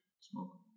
smoke